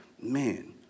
man